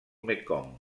mekong